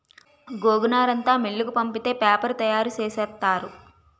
గోగునారంతా మిల్లుకు పంపితే పేపరు తయారు సేసేత్తారు